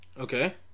okay